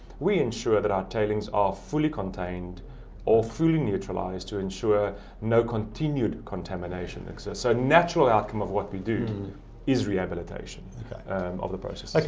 we ensure that our tailings are fully contained or fully neutralized to ensure no continued contamination exists. a natural outcome of what we do is rehabilitation of the process. like